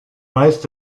weist